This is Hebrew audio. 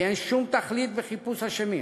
כי אין שום תכלית בחיפוש אשמים.